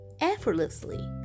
effortlessly